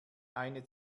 eine